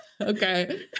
Okay